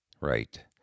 Right